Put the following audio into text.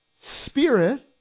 spirit